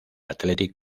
athletic